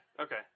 okay